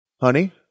Honey